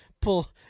pull